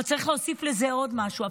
אבל צריך להוסיף לזה עוד משהו,